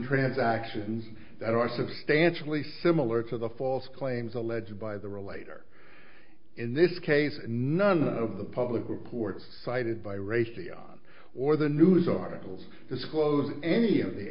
transactions that are substantially similar to the false claims alleged by the relator in this case none of the public reports cited by ratio or the news articles disclosing any of the